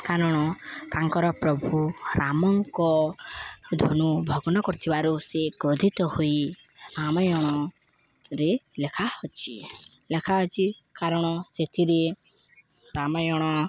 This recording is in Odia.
କାରଣ ତାଙ୍କର ପ୍ରଭୁ ରାମଙ୍କ ଧନୁ ଭଗ୍ନ କରୁଥିବାରୁ ସେ କ୍ରୋଧିତ ହୋଇ ରାମାୟଣରେ ଲେଖା ଅଛି ଲେଖା ଅଛି କାରଣ ସେଥିରେ ରାମାୟଣ